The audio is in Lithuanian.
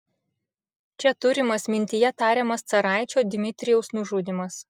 čia turimas mintyje tariamas caraičio dmitrijaus nužudymas